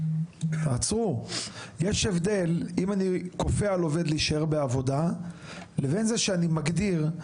יש הבדל אם אני כופה על עובד להישאר בעבודה לבין זה שאני מגדיר,